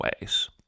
ways